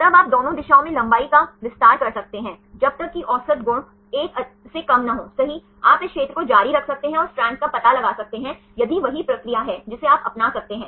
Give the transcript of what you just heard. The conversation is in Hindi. तब आप दोनों दिशाओं में लंबाई का विस्तार कर सकते हैं जब तक कि औसत गुण 1 अधिकार से कम न हो आप इस क्षेत्र को जारी रख सकते हैं और स्ट्रैंड का पता लगा सकते हैं यदि वही प्रक्रिया है जिसे आप अपना सकते हैं